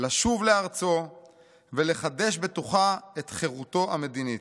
לשוב לארצו ולחדש בתוכה את חירותו המדינית.